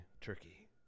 Turkey